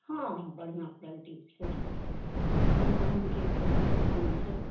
हँ हँ बढ़िआँ क्वालिटीके छै जेहेन दामके खोजबै तेहेन छै